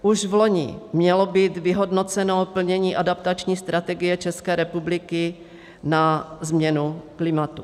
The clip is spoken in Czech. Už vloni mělo být vyhodnoceno plnění adaptační strategie České republiky na změnu klimatu.